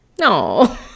no